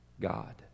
God